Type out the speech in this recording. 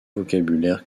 vocabulaire